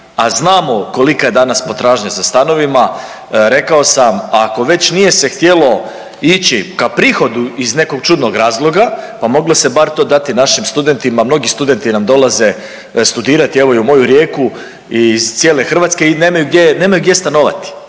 a znamo kolika je danas potražnja za stanovima, rekao sam ako već nije se htjelo ići ka prihodu iz nekog čudnog razloga, pa moglo se bar to dati našim studentima, mnogi studenti nam dolaze studirati, evo i u moju Rijeku iz cijele Hrvatske i nemaju gdje, nemaju